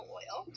oil